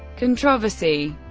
controversy